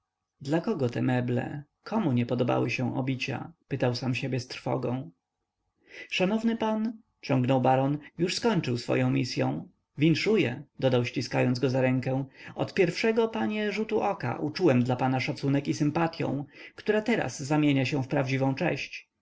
dla kogo te meble komu nie podobały się obicia pytał sam siebie z trwogą szanowny pan ciągnął baron już skończył swoję misyą winszuję dodał ściskając go za rękę od pierwszego panie rzutu oka uczułem dla pana szacunek i sympatyą która teraz zamienia się w prawdziwą cześć